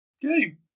game